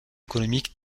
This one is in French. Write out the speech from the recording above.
économique